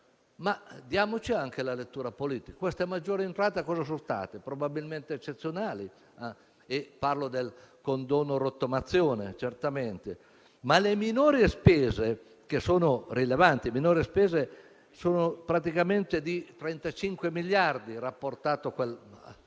Ma diamo anche la lettura politica: queste maggiori entrate quali sono state? Sono probabilmente eccezionali: parlo del condono-rottamazione, certamente. Ma le minori spese, che sono rilevanti (praticamente di 35 miliardi) rapportate agli